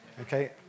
Okay